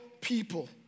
people